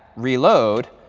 reload.